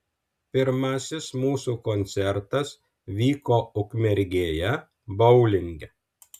pirmasis mūsų koncertas vyko ukmergėje boulinge